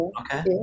okay